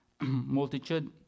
multitude